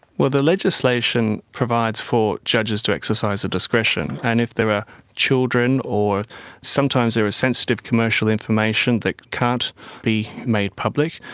the legislation provides for judges to exercise a discretion, and if there are children or sometimes there is sensitive commercial information that can't be made public,